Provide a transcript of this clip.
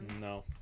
No